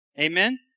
Amen